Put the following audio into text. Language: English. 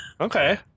Okay